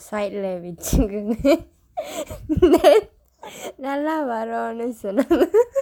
side-lae வெச்சுங்கனு:vechsungkanu then நல்லா வரும்னு சொன்னாங்க:nallaa varumnu sonnaangka